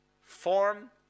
form